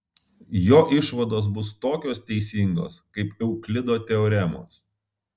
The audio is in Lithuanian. jo išvados bus tokios teisingos kaip euklido teoremos